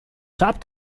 top